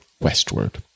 westward